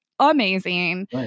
amazing